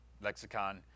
lexicon